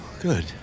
Good